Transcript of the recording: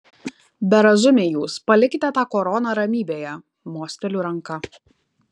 berazumiai jūs palikite tą koroną ramybėje mosteliu ranka